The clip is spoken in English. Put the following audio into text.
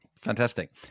Fantastic